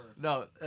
No